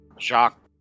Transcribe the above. Jacques